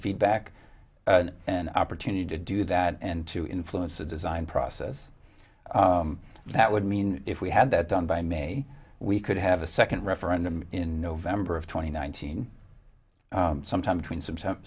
feedback and an opportunity to do that and to influence the design process that would mean if we had that done by may we could have a second referendum in november of twenty nineteen sometime between s